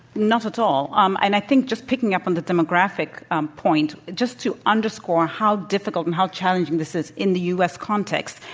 not at all. um and i think just picking up on the demographic um point, just to underscore how difficult and how challenging this is in the u. s. context,